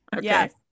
yes